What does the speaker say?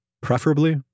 preferably